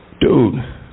dude